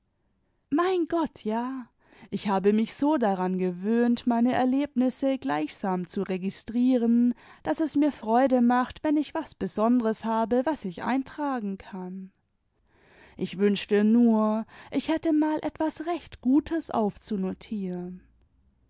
mein gott ja ich habe mich so daran gewöhnt meine erlebnisse gleichsam zu registrieren daß es mir freude macht wenn ich was besonderes habe was ich eintragen kann ich wünschte nur ich hätte mal etwas recht gutes